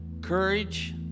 courage